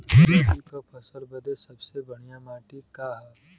रबी क फसल बदे सबसे बढ़िया माटी का ह?